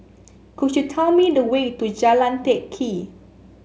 could you tell me the way to Jalan Teck Kee